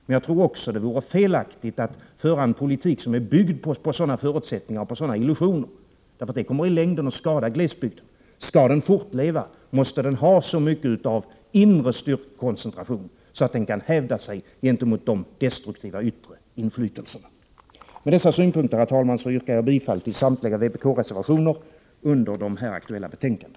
Men jag tror också att det vore felaktigt att föra en politik som är byggd på sådana förutsättningar och på sådana illusioner. Det kommer i längden att skada glesbygden. Skall den fortleva måste den ha så mycket av inre koncentration att den kan hävda sig gentemot de destruktiva yttre inflytelserna. Herr talman! Med dessa synpunkter yrkar jag bifall till samtliga vpkreservationer i de aktuella betänkandena.